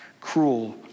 cruel